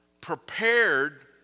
prepared